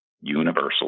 universal